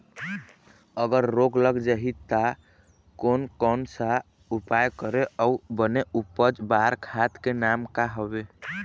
अगर रोग लग जाही ता कोन कौन सा उपाय करें अउ बने उपज बार खाद के नाम का हवे?